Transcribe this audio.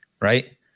right